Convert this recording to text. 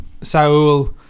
Saul